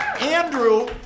Andrew